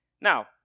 Now